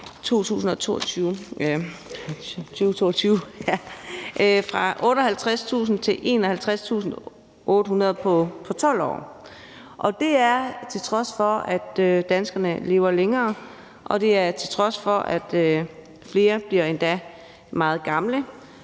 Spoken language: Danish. fra 58.000 til 51.800 på 12 år, og det er, til trods for at danskerne lever længere, og det er, til trods for at flere bliver endda meget gamle,